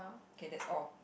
okay that's all